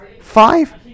five